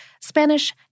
Spanish